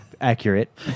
accurate